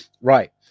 Right